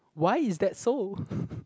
why is that so